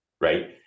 right